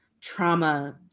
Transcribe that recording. trauma